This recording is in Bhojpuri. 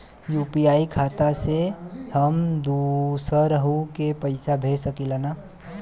यू.पी.आई खाता से हम दुसरहु के पैसा भेज सकीला की ना?